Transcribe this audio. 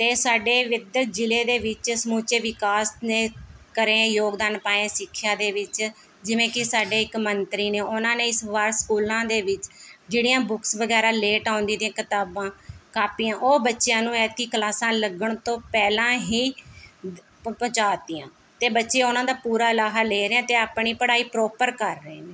ਅਤੇ ਸਾਡੇ ਵਿੱਦਿਅਕ ਜ਼ਿਲ੍ਹੇ ਦੇ ਵਿੱਚ ਸਮੁੱਚੇ ਵਿਕਾਸ ਨੇ ਕਰਿਆ ਯੋਗਦਾਨ ਪਾਇਆ ਸਿੱਖਿਆ ਦੇ ਵਿੱਚ ਜਿਵੇਂ ਕਿ ਸਾਡੇ ਇੱਕ ਮੰਤਰੀ ਨੇ ਉਹਨਾਂ ਦੇ ਇਸ ਵਾਰ ਸਕੂਲਾਂ ਦੇ ਵਿੱਚ ਜਿਹੜੀਆਂ ਬੁੱਕਸ ਵਗੈਰਾ ਲੇਟ ਆਉਂਦੀ ਤੀਆ ਕਿਤਾਬਾਂ ਕਾਪੀਆਂ ਉਹ ਬੱਚਿਆਂ ਨੂੰ ਐਂਤਕੀ ਕਲਾਸਾਂ ਲੱਗਣ ਤੋਂ ਪਹਿਲਾਂ ਹੀ ਦ ਪਹੁੰਚਾ ਤੀਆਂ ਅਤੇ ਬੱਚੇ ਉਹਨਾਂ ਦਾ ਪੂਰਾ ਲਾਹਾ ਲੈ ਰਹੇ ਹੈ ਅਤੇ ਆਪਣੀ ਪੜ੍ਹਾਈ ਪ੍ਰੋਪਰ ਕਰ ਰਹੇ ਨੇ